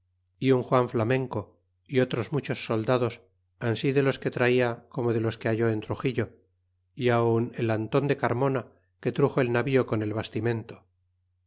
y un juan flamenco y otros mu chos soldados ansi de los que traia como de los que halló en truxillo y aun el anton de carmona que truxo el navio con el